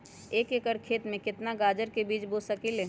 एक एकर खेत में केतना गाजर के बीज बो सकीं ले?